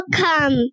Welcome